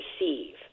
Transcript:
receive